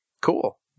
Cool